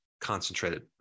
concentrated